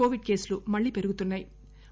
Covid కేసులు మళ్లీ పెరుగుతున్నా యి